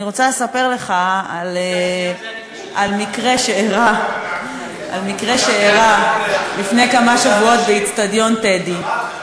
אני רוצה לספר לך על מקרה שאירע לפני כמה שבועות באצטדיון "טדי"